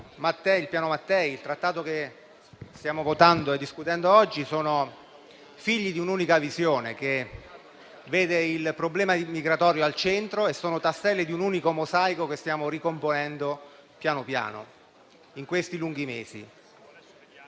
il piano Mattei e il Protocollo che stiamo discutendo oggi sono figli di un'unica visione che vede il problema immigratorio al centro e sono tasselli di un unico mosaico che stiamo ricomponendo pian piano in questi lunghi mesi.